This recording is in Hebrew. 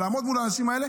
לעמוד מול האנשים האלה.